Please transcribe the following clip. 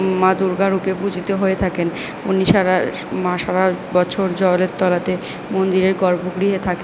মা দুর্গারূপে পূজিত হয়ে থাকেন উনি ছাড়া মা সারা বছর জলের তলাতে মন্দিরের গর্ভগৃহে থাকেন